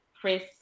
Chris